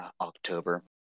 October